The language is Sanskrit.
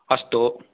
अस्तु